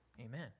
Amen